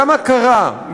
גם הכרה,